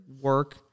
work